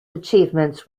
achievements